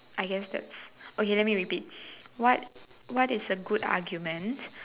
I guess that's okay let me repeat what what is a good argument